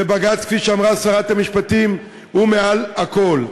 ובג"ץ, כפי שאמרה שרת המשפטים, הוא מעל הכול.